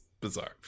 bizarre